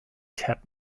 ted